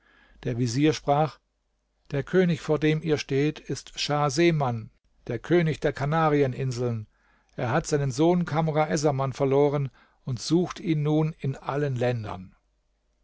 der vezier sprach der könig vor dem ihr steht ist schah geman der könig der kanarieninseln er hat seinen sohn kamr essaman verloren und sucht ihn nun in allen ländern